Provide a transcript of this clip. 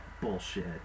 bullshit